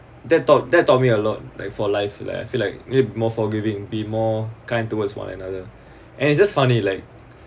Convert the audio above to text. that taught that taught me a lot like for life like I feel like it more forgiving be more kind towards one another and it's just funny like